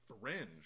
Fringe